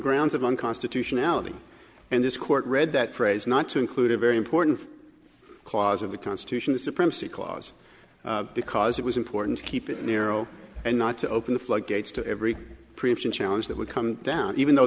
grounds of unconstitutionality and this court read that phrase not to include a very important clause of the constitution the supremacy clause because it was important to keep it narrow and not to open the floodgates to every preemption challenge that would come down even though